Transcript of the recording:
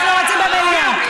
אנחנו רוצים במליאה.